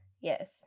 yes